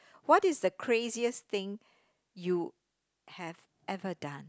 what is the craziest thing you have ever done